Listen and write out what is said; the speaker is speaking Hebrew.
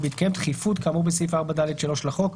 ובהתקיים דחיפות כאמור בסעיף 4(ד)(3) לחוק,